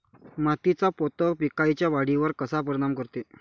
मातीचा पोत पिकाईच्या वाढीवर कसा परिनाम करते?